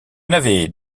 n’avez